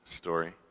story